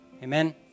Amen